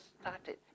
started